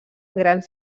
grans